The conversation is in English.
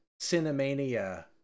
Cinemania